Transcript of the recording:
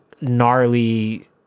gnarly